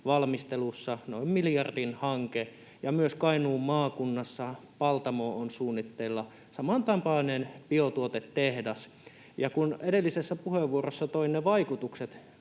valmistelussa, noin miljardin hanke, ja myös Kainuun maakunnassa Paltamoon on suunnitteilla samantapainen biotuotetehdas. Ja, kun edellisessä puheenvuorossa toin ne vaikutukset,